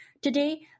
Today